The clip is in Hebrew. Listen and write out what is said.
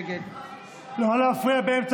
נגד לא להפריע באמצע